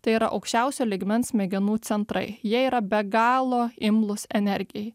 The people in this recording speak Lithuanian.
tai yra aukščiausio lygmens smegenų centrai jie yra be galo imlūs energijai